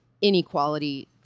inequality